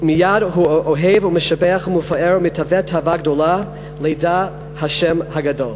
מייד הוא אוהב ומשבח ומפאר ומתאווה תאווה גדולה לידע השם הגדול".